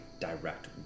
direct